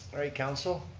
alright council.